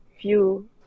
view